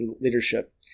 leadership